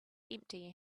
empty